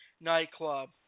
nightclub